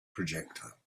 projectile